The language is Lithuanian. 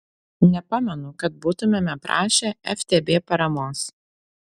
nepamenu kad būtumėme prašę ftb paramos